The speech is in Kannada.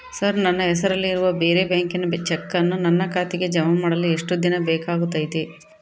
ಸರ್ ನನ್ನ ಹೆಸರಲ್ಲಿ ಇರುವ ಬೇರೆ ಬ್ಯಾಂಕಿನ ಚೆಕ್ಕನ್ನು ನನ್ನ ಖಾತೆಗೆ ಜಮಾ ಮಾಡಲು ಎಷ್ಟು ದಿನ ಬೇಕಾಗುತೈತಿ?